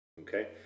okay